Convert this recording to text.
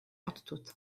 odtud